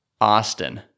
Austin